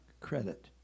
credit